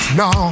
no